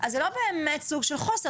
אז זה לא באמת סוג של חוסר,